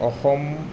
Assam